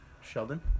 sheldon